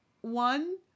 one